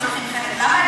לוקחים חלק.